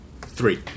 three